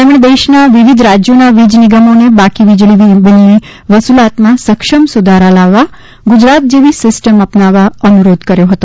તેમણે દેશના વિવિધ રાજયોના વીજ નિગમોને બાકી વીજળી બિલની વસુલાતમાં સક્ષમ સુધારા લાવવા ગુજરાત જેવી સીસ્ટમ અપનાવવા અનુરોધ કર્યો હતો